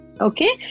Okay